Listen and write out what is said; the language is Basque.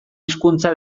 hizkuntza